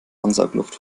ansaugluft